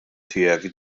tiegħek